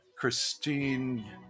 Christine